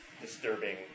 disturbing